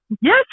yes